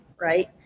right